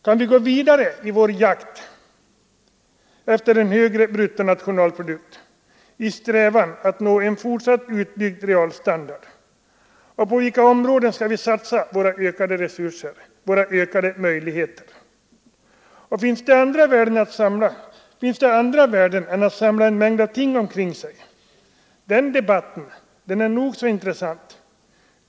Kan vi gå vidare i vår jakt efter en högre bruttonationalprodukt i strävan att nå en fortsatt ökning av realstandarden? På vilka områden skall vi satsa våra ökade resurser, våra ökade möjligheter? Och finns det andra värden än att samla en mängd ting omkring sig? Den debatten är nog så intressant.